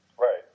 Right